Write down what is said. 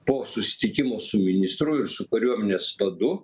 po susitikimo su ministru ir su kariuomenės vadu